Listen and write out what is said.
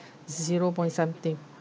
zero point something